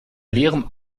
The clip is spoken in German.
leerem